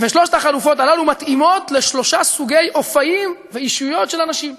שלוש החלופות הללו מתאימות לשלושה סוגי אופיים ואישיויות של אנשים: